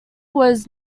was